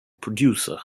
producer